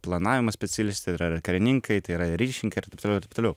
planavimo specialistai yra ir karininkai tai yra ir ryšininkai ir taip toliau ir taip toliau